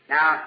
Now